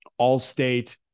Allstate